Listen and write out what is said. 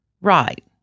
Right